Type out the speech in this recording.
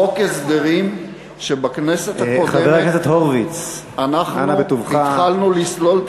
חוק הסדרים שבכנסת הקודמת אנחנו התחלנו לסלול את